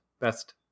Best